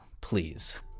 please